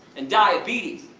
and diabetes,